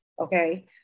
okay